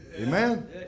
Amen